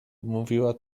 mówiła